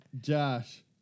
Josh